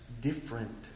different